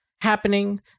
happening